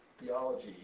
theology